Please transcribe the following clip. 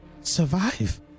survive